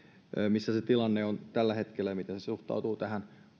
missä se tilanne on tällä hetkellä ja miten se suhtautuu tähän